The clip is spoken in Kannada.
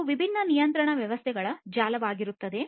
ಅದು ವಿಭಿನ್ನ ನಿಯಂತ್ರಣ ವ್ಯವಸ್ಥೆಗಳ ಜಾಲವಾಗಿರುತ್ತದೆ